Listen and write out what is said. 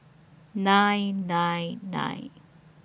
nine nine nine